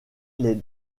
les